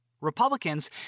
Republicans